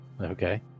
Okay